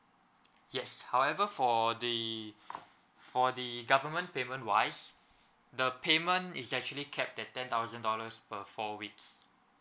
yes however for the for the government payment wise the payment is actually capped at ten thousand dollars per four weeks